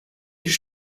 ich